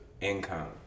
income